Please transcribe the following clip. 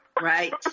Right